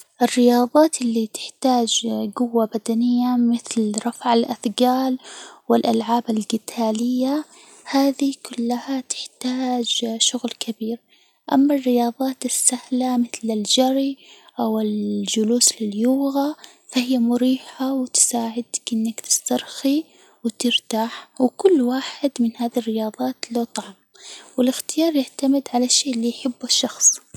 الرياضات اللي تحتاج جوة بدنية مثل رفع الأثجال، والألعاب الجتالية، هذي كلها تحتاج شغل كبير، أما الرياضات السهلة مثل الجري أو الجلوس في اليوغا، فهي مريحة، وتساعدك إنك تسترخي وترتاح، وكل واحد من هذي الرياضات له طعم، والاختيار يعتمد على الشيء اللي يحبه الشخص.